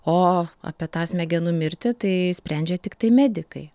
o apie tą smegenų mirtį tai sprendžia tiktai medikai